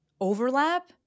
overlap